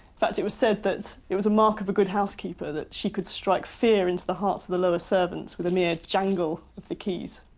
fact, it was said that it was a mark of a good housekeeper that she could strike fear into the hearts of the lower servants with a mere jangle of the keys.